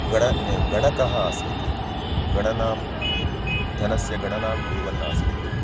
गणक गणकः आसीत् गणनां धनस्य गणनां कुर्वन्नासीत्